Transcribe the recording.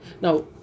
Now